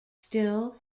still